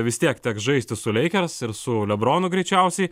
vis tiek teks žaisti su lakers ir su lebronu greičiausiai